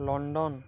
London